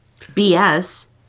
BS